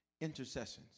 Intercessions